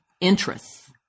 interests